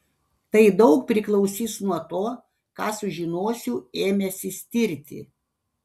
tai daug priklausys nuo to ką sužinosiu ėmęsis tirti